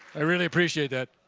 i really appreciate that.